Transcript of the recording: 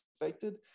expected